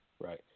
right